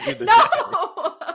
No